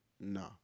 No